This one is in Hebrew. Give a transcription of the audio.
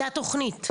תוכנית.